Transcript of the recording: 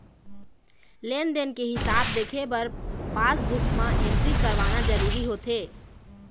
लेन देन के हिसाब देखे बर पासबूक म एंटरी करवाना जरूरी होथे